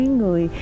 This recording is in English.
người